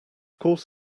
course